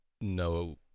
no